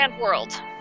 world